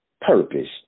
purpose